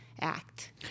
act